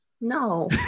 No